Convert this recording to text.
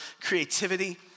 Creativity